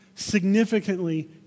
significantly